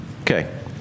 Okay